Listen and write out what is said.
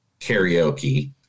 karaoke